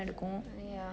ya